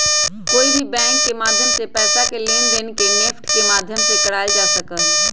कोई भी बैंक के माध्यम से पैसा के लेनदेन के नेफ्ट के माध्यम से करावल जा सका हई